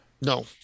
no